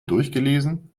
durchgelesen